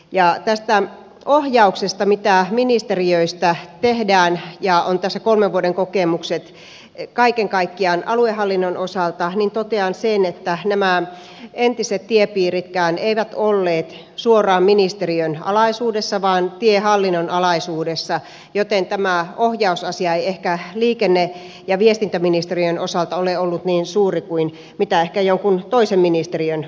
ja tästä ohjauksesta mitä ministeriöistä tehdään ja on tässä kolmen vuoden kokemukset kaiken kaikkiaan aluehallinnon osalta totean sen että nämä entiset tiepiiritkään eivät olleet suoraan ministeriön alaisuudessa vaan tiehallinnon alaisuudessa joten tämä ohjausasia ei ehkä liikenne ja viestintäministeriön osalta ole ollut niin suuri kuin ehkä jonkun toisen ministeriön osalta